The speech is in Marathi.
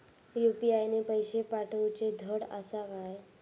यू.पी.आय ने पैशे पाठवूचे धड आसा काय?